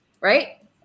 right